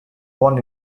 born